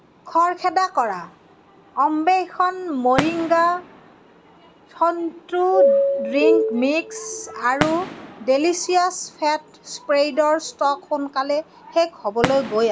খৰখেদা কৰা অম্বেষণ মৰিংগা সন্ত্ৰু ড্ৰিংক মিক্স আৰু ডেলিচিয়াছ ফেট স্প্ৰেডৰ ষ্টক সোনকালে শেষ হ'বলৈ গৈ আছে